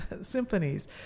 symphonies